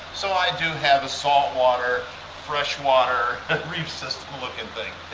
so i do have a saltwater freshwater reef system looking thing.